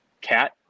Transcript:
Cat